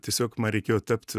tiesiog man reikėjo tapt